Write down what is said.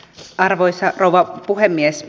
arvoisa rouva puhemies